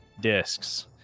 discs